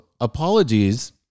apologies